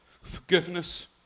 Forgiveness